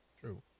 True